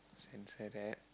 censor that